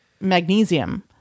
magnesium